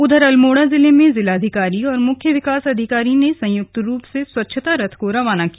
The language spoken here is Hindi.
उधर अल्मोड़ा जिले में जिलाधिकारी और मुख्य विकास अधिकारी ने संयुक्त रूप से स्वच्छता रथ को रवाना किया